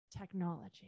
technology